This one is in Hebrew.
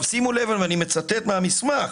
אני מצטט מהמסמך: